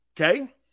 Okay